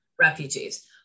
refugees